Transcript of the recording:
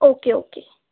okay okay